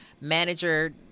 manager